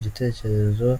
igitekerezo